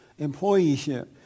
employeeship